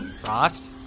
Frost